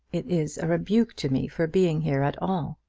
it is a rebuke to me for being here at all.